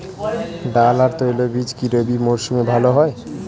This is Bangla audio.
ডাল আর তৈলবীজ কি রবি মরশুমে ভালো হয়?